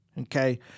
Okay